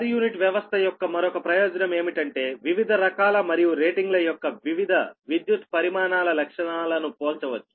per unit వ్యవస్థ యొక్క మరొక ప్రయోజనం ఏమిటంటే వివిధ రకాల మరియు రేటింగ్ల యొక్క వివిధ విద్యుత్ పరిమాణాల లక్షణాలను పోల్చవచ్చు